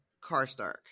Karstark